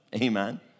amen